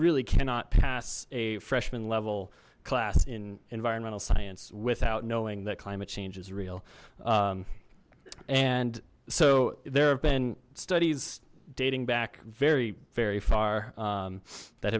really cannot pass a freshman level class in environmental science without knowing that climate change is real and so there have been studies dating back very very far that